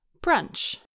brunch